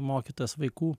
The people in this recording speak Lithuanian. mokytojas vaikų